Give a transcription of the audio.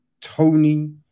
Tony